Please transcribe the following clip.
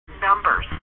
numbers